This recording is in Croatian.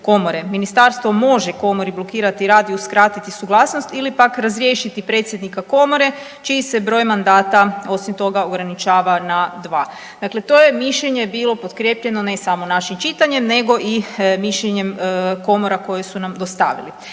komore. Ministarstvo može komori blokirati rad i uskratiti suglasnost ili pak razriješiti predsjednika komore čiji se broj mandata, osim toga, ograničava na 2. Dakle to je mišljenje bilo potkrijepljeno, ne samo našim čitanjem nego i mišljenjem komora koje su nam dostavili.